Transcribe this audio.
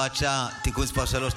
הוראת שעה) (תיקון מס' 3),